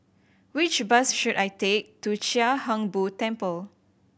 which bus should I take to Chia Hung Boo Temple